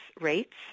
rates